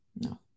no